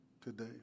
today